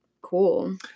Cool